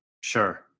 Sure